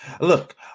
Look